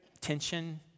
tension